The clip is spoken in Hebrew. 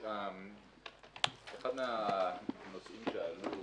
אחד מהנושאים שעלו